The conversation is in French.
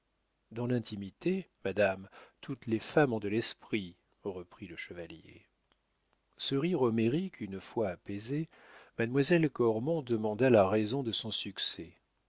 dans l'intimité madame toutes les femmes ont de l'esprit reprit le chevalier ce rire homérique une fois apaisé mademoiselle cormon demanda la raison de son succès